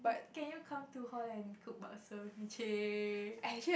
can you come to hall and cook pasta with me chey